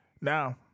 Now